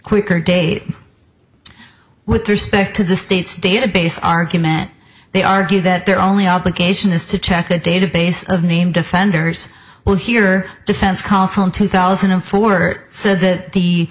quicker date with respect to the state's database argument they argue that their only obligation is to check the database of name defenders while here defense counsel in two thousand and four said that the